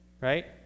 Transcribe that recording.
right